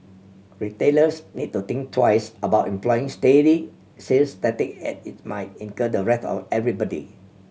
retailers need to think twice about employing sales tactic as it might incur the wrath of everybody